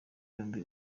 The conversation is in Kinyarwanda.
yombi